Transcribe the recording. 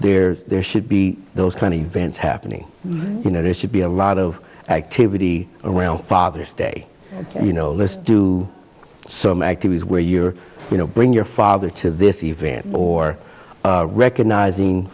there there should be those tiny vans happening you know they should be a lot of activity around father's day you know list do some active is where you're you know bring your father to this event or recognizing